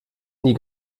nie